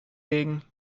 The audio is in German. legen